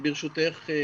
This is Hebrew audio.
ברשותך,